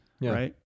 right